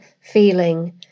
feeling